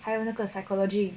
还有那个 psychology